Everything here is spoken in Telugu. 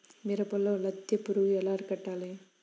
మిరపలో లద్దె పురుగు ఎలా అరికట్టాలి?